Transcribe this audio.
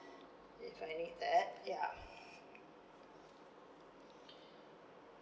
if I need that ya